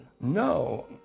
No